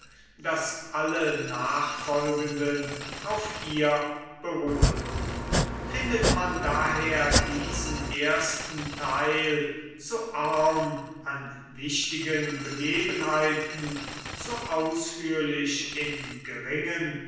daß alle nachfolgenden auf ihr beruhen findet man daher diesen ersten theil zu arm an wichtigen begebenheiten zu ausführlich in geringen